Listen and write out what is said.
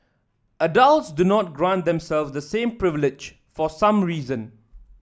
adults do not grant themselves the same privilege for some reason